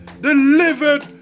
delivered